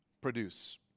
produce